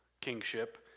kingship